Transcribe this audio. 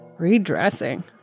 Redressing